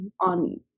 on